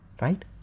right